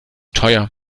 teuer